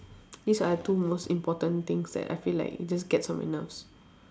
these are two most important things that I feel like it just gets on my nerves